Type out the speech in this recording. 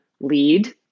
lead